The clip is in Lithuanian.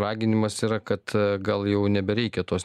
raginimas yra kad gal jau nebereikia tos